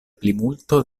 plimulto